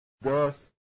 Thus